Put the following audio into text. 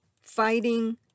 fighting